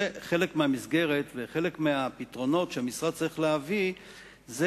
חלק מהמסגרת וחלק מהפתרונות שהמשרד צריך להביא זה